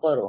કરો